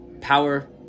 power